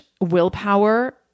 willpower